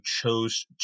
chose